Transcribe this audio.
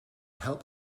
help